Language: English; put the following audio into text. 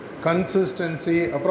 consistency